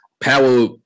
power